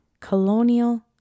colonial